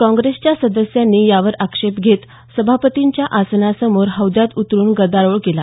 काँग्रेसच्या सदस्यांनी यावर आक्षेप घेत सभापतींच्या आसनासमोर हौद्यात उतरुन गदारोळ केला